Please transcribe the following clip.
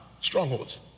strongholds